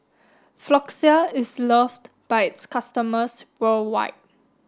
Floxia is loved by its customers worldwide